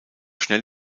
schnell